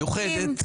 מיוחדת.